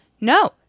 no